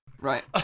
Right